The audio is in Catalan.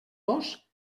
dos